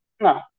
No